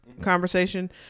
conversation